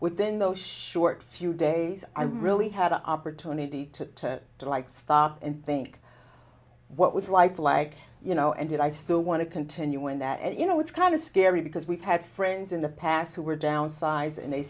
within those short few days i really had an opportunity to like stop and think what was life like you know and i still want to continue in that and you know it's kind of scary because we've had friends in the past who were downsized and they